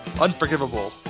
Unforgivable